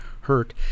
hurt